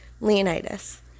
Leonidas